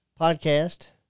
Podcast